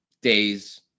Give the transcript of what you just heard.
days